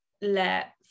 let